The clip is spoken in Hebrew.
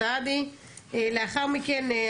אנחנו עדים לכל מיני תהליכים שקורים,